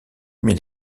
mille